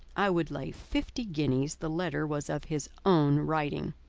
i would lay fifty guineas the letter was of his own writing.